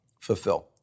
fulfill